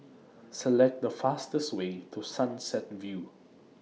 Select The fastest Way to Sunset View